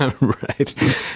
Right